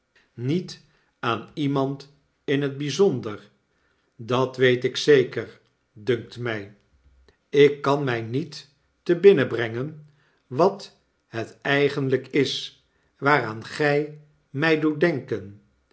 net aan iemand in het byzonder dat weet ik zeker dunkt my ik kan mij niet te binnen brengen wat het eigenlijk is waaraan gij mij doet denken